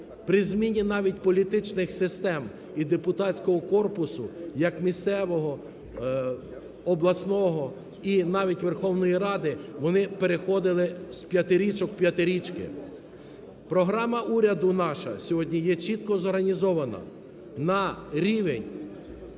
При зміні навіть політичних систем і депутатського корпусу як місцевого, обласного, і навіть Верховної Ради, вони переходили з п'ятирічок в п'ятирічки. Програма уряду наша сьогодні є чітко зорганізована на рівень